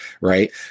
right